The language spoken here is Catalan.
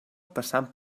passant